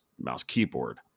mouse-keyboard